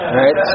right